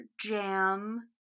jam